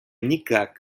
никак